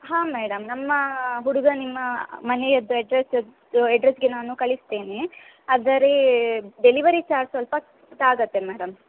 ಹಾಂ ಮೇಡಮ್ ನಮ್ಮ ಹುಡುಗ ನಿಮ್ಮ ಮನೆಯದ್ದು ಅಡ್ರೆಸು ಅಡ್ರೆಸ್ಸಿಗೆ ನಾನು ಕಳಿಸ್ತೇನೆ ಆದರೆ ಡೆಲಿವರಿ ಚಾರ್ಜ್ ಸ್ವಲ್ಪ ತಾಗುತ್ತೆ ಮೇಡಮ್